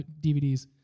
dvds